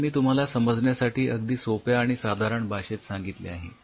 हे मी तुम्हाला समजण्यासाठी अगदी सोप्या आणि साधारण भाषेत सांगितले आहे